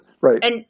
right